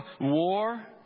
war